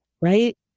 Right